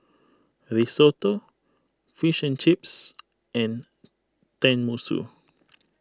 Risotto Fish and Chips and Tenmusu